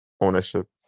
ownership